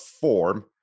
form